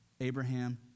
Abraham